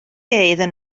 iddyn